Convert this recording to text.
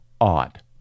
odd